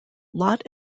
lot